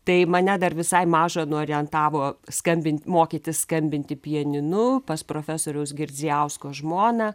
tai mane dar visai mažą nuorientavo skambint mokytis skambinti pianinu pas profesoriaus girdzijausko žmoną